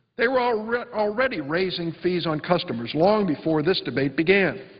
they were already already raising fees on customers long before this debate began.